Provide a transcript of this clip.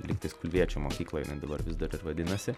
lygtais kulviečio mokykloj dabar vis dar ir vadinasi